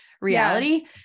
reality